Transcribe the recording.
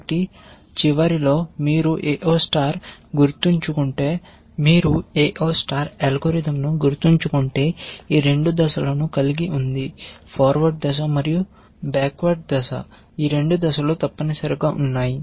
కాబట్టి ఈ చివరలో మీరు AO స్టార్ అల్గోరిథం గుర్తుంచుకుంటే ఈ 2 దశలను కలిగి ఉంది ఫార్వర్డ్ దశ మరియు బ్యాక్ వార్డ్ దశ తప్పనిసరిగా ఉన్నాయి